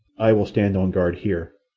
i will stand on guard here.